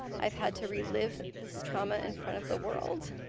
i have had to relive this trauma in front of the world